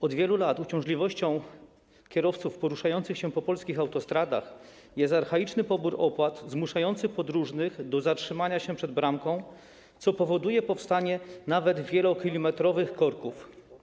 Od wielu lat uciążliwością dla kierowców poruszających się po polskich autostradach jest archaiczny pobór opłat zmuszający podróżnych do zatrzymania się przed bramką, co powoduje powstawanie nawet wielokilometrowych korków.